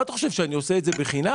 אתה חושב שאני עושה את זה בחינם?